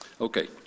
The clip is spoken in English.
Okay